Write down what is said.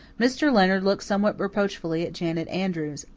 mr. leonard looked somewhat reproachfully at janet andrews,